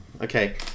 Okay